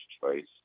choice